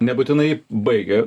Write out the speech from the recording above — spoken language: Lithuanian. nebūtinai baigia